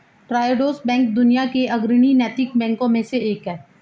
Triodos bank दुनिया के अग्रणी नैतिक बैंकों में से एक है